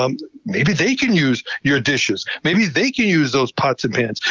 um maybe they can use your dishes, maybe they can use those pots and pans,